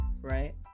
right